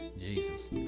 Jesus